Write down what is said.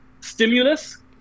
stimulus